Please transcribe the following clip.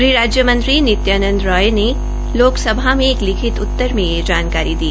गृह राज्य मंत्रीनित्यानंद राय ने लोकसभा में एक लिखित उतर में यह जानकारी दी